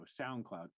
SoundCloud